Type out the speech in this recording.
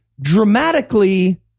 dramatically